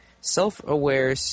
self-aware